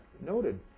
noted